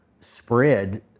spread